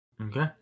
okay